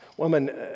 Woman